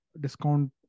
discount